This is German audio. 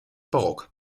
barock